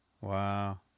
Wow